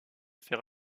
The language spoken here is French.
faire